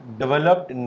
developed